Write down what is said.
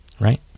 right